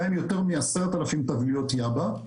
בהם יותר מ-10,000 טבליות יאבה,